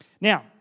Now